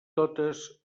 totes